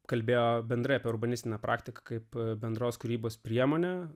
kalbėjo bendrai apie urbanistinę praktiką kaip bendros kūrybos priemonę